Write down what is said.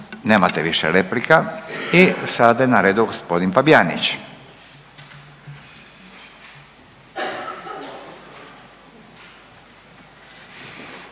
Nemate više replika. I sada je na redu g. Fabijanić,